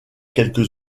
quelques